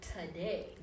today